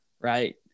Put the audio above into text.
right